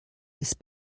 ist